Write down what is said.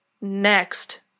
Next